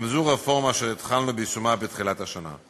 גם זו רפורמה שהתחלנו ביישומה בתחילת השנה.